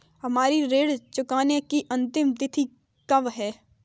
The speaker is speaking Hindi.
हमारी ऋण चुकाने की अंतिम तिथि कब है?